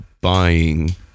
buying